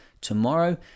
tomorrow